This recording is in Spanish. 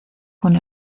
con